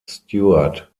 stuart